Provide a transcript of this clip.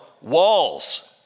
walls